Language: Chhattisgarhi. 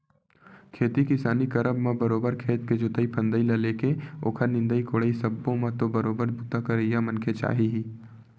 खेती किसानी करब म बरोबर खेत के जोंतई फंदई ले लेके ओखर निंदई कोड़ई सब्बो म तो बरोबर बूता करइया मनखे चाही ही